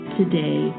today